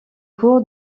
cours